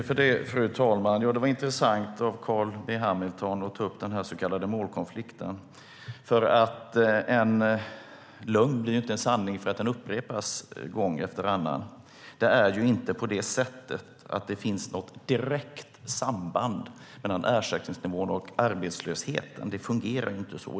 Fru talman! Det var intressant av Carl B Hamilton att ta upp den så kallade målkonflikten. En lögn blir ju inte sanning därför att den upprepas gång efter annan. Det är inte på det sättet att det finns något direkt samband mellan ersättningsnivån och arbetslösheten. Det fungerar inte så.